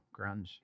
grunge